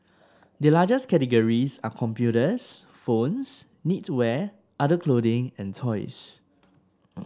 the largest categories are computers phones knitwear other clothing and toys